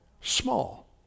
Small